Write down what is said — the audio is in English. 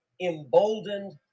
emboldened